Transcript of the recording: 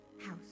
house